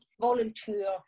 volunteer